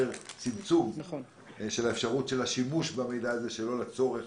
צמצום של האפשרות של השימוש במידע הזה שלא לצורך.